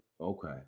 Okay